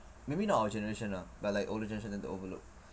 maybe not our generation lah but like older generation tend to overlook